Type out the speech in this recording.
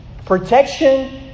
Protection